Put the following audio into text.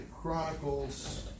Chronicles